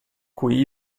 cui